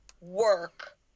work